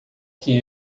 que